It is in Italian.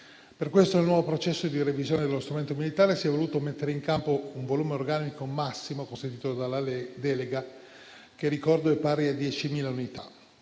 Per questo nuovo processo di revisione dello strumento militare si è voluto mettere in campo il volume organico massimo consentito dalla delega che - lo ricordo - è pari a 10.000 unità.